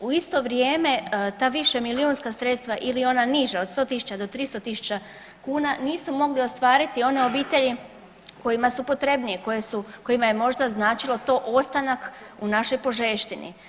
U isto vrijeme ta višemilijunska sredstva ili ona niža od 100.000 do 300.000 kuna nisu mogli ostvariti one obitelji kojima su potrebnije, koje su, kojima je možda značilo to ostanak u našoj Požeštini.